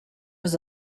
was